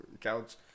couch